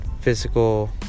physical